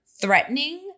threatening